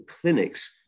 clinics